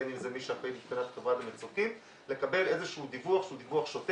בין אם זה מי שאחראי מבחינת החברה למצוקים לקבל איזשהו דיווח שוטף,